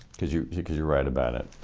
because you because you write about it.